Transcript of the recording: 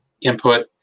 input